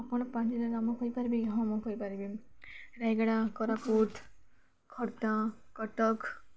ଆପଣ ପାଞ୍ଚଟି ନାମ କହିପାରିବି ହଁ ମୁଁ କହିପାରିବି ରାୟଗଡ଼ା କୋରାପୁଟ ଖୋର୍ଦ୍ଧା କଟକ